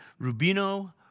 Rubino